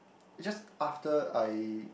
it's just after I